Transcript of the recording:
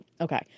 okay